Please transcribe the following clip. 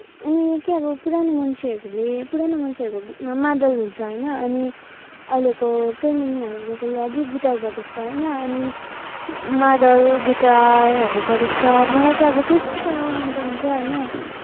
अनि के अब पुरानो मान्छेहरूले पुरानो मान्छेहरूको गीतमा मादल हुन्छ होइन अनि अहिलेको ट्रेन्डिङहरूको लागि गिटार बजाउँछ होइन अनि मादल गिटारहरू बजाउँछ मलाई चाहिँ अब के यत्ति साह्रो मनपर्ने चाहिँ होइन